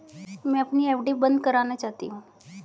मैं अपनी एफ.डी बंद करना चाहती हूँ